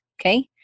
okay